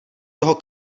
toho